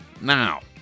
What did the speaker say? now